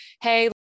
Hey